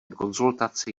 konzultaci